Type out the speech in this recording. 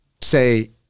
say